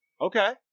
Okay